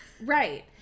Right